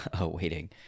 waiting